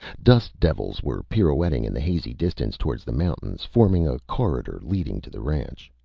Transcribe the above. dust devils were pirouetting in the hazy distance towards the mountains forming a corridor leading to the ranch.